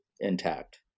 intact